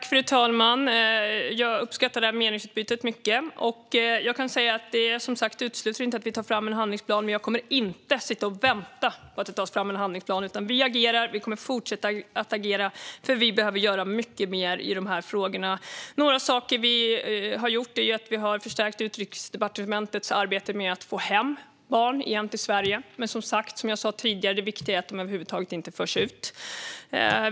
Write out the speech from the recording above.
Fru talman! Jag uppskattar det här meningsutbytet mycket. Jag utesluter som sagt inte att vi tar fram en handlingsplan, men jag kommer inte att sitta och vänta på att det tas fram en handlingsplan. Vi agerar och kommer att fortsätta att agera, för vi behöver göra mycket mer i de här frågorna. Några saker som vi har gjort är att vi har förstärkt Utrikesdepartementets arbete med att få hem barn igen till Sverige, men som jag sa tidigare är det viktiga att de över huvud taget inte förs ut ur landet.